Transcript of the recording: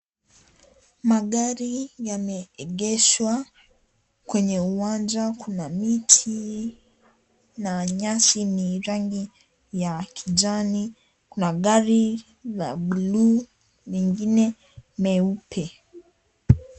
Magari yameegeshwa, kwenye uwanja, kuna miti na nyasi ni rangi ya kijani. Kuna gari za blue , mengine meupe.